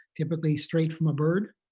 typically straight from a bird,